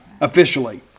officially